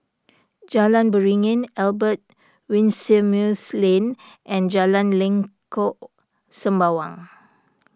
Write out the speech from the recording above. Jalan Beringin Albert Winsemius Lane and Jalan Lengkok Sembawang